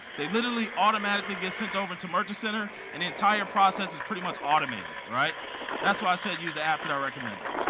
they literally, automatically get sent over to merchant center and the entire process is pretty much automated. that's why i said use the app that i recommended.